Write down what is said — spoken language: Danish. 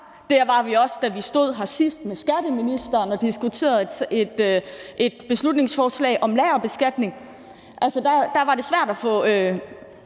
Det var vi også, da vi stod her sidst med skatteministeren og diskuterede et beslutningsforslag om lagerbeskatning. Altså, der var det svært at få